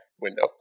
window